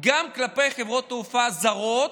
גם כלפי חברות תעופה זרות,